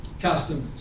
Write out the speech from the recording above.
customers